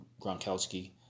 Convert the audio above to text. Gronkowski